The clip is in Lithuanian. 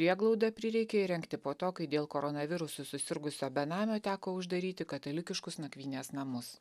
prieglaudą prireikė įrengti po to kai dėl koronavirusu susirgusio benamio teko uždaryti katalikiškus nakvynės namus